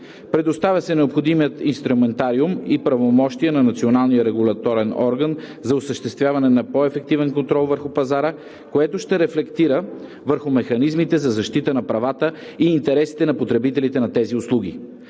Предоставя се необходимият инструментариум и правомощия на Националния регулаторен орган за осъществяване на по ефективен контрол върху пазара, което ще рефлектира върху механизмите за защита на правата и интересите на потребителите на тези услуги.